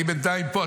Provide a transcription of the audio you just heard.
אני בינתיים פה.